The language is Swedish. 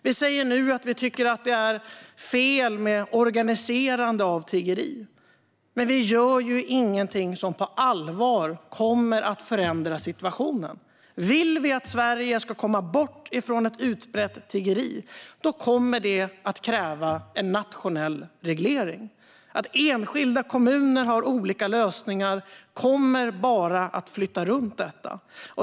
Vi säger nu att vi tycker att det är fel med organiserande av tiggeri. Men vi gör ju ingenting som på allvar kommer att förändra situationen. Vill vi att Sverige ska komma bort från ett utbrett tiggeri kommer det att kräva en nationell reglering. Att enskilda kommuner har olika lösningar kommer bara att flytta runt detta.